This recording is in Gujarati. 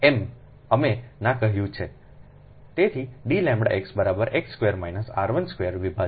તેથી dλx બરાબર x square minus r 1 square વિભાજિત